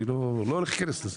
אני לא הולך להכנס לזה.